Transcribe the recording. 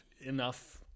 enough